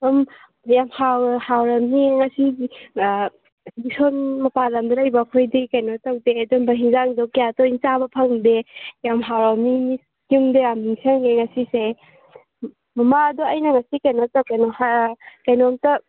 ꯎꯝ ꯌꯥꯝ ꯍꯥꯎ ꯍꯥꯎꯔꯝꯅꯤꯌꯦ ꯉꯁꯤꯗꯤ ꯁꯣꯝ ꯃꯄꯥꯟꯂꯝꯗ ꯂꯩꯕ ꯑꯈꯣꯏꯗꯤ ꯀꯩꯅꯣ ꯇꯧꯗꯦ ꯑꯗꯨꯝꯕ ꯍꯤꯟꯖꯥꯡꯗꯣ ꯀꯌꯥ ꯇꯣꯏꯅ ꯆꯥꯕ ꯐꯪꯗꯦ ꯌꯥꯝ ꯍꯥꯎꯔꯝꯅꯤ ꯌꯨꯝꯗꯣ ꯌꯥꯝ ꯅꯤꯡꯁꯪꯉꯦ ꯉꯁꯤꯁꯦ ꯃꯃꯥ ꯑꯗꯣ ꯑꯩꯅ ꯉꯁꯤ ꯀꯩꯅꯣꯝꯇ ꯀꯩꯅꯣ ꯍꯥ ꯀꯩꯅꯣꯝꯇ